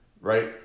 right